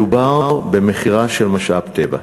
מדובר בחברה פרטית שהחליפה בעלים ואין מדובר במכירה של משאב טבע.